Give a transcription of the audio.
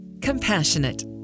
Compassionate